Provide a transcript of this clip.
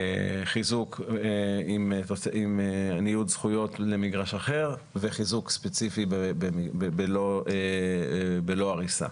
חיזוק עם ניוד זכויות למגרש אחר וחיזוק ספציפי בלא הריסה.